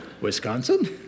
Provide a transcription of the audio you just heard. Wisconsin